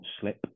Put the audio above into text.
slip